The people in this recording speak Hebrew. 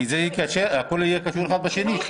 כי הכול יהיה קשור האחד בשני.